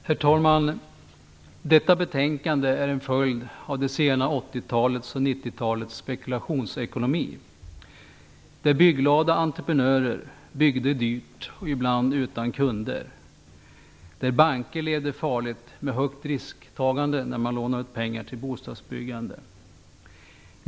Herr talman! Detta betänkande är en följd av det sena 1980-talets och tidiga 1990-talets spekulationsekonomi. Bygg-glada entreprenörer byggde dyrt och ibland utan kunder. Banker levde farligt, med högt risktagande när man lånade pengar till bostadsbyggande.